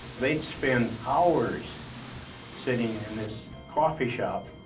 they'd spend hours sitting in this coffee shop,